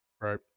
right